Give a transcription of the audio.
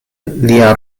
lia